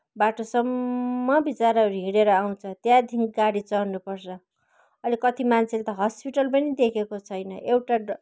बाटोसम्म विचाराहरू हिँडेर आउँछ त्यहाँदेखि गाडी चढ्नुपर्छ अहिले कति मान्छेले त हस्पिटल पनि देखेको छैन एउटा